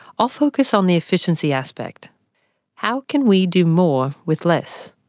i'll focus on the efficiency aspect how can we do more with less?